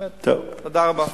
תודה רבה.